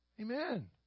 Amen